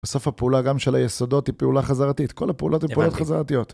בסוף הפעולה גם של היסודות היא פעולה חזרתית, כל הפעולות הן פעולות חזרתיות.